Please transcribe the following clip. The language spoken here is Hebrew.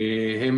הם